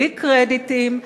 בלי קרדיטים,